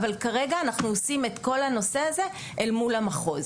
כרגע אנחנו עושים את כל הנושא הזה אל מול המחוז.